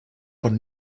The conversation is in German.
von